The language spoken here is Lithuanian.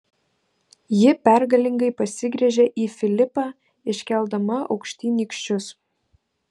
ji pergalingai pasigręžė į filipą iškeldama aukštyn nykščius